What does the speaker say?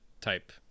type